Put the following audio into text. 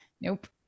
Nope